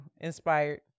inspired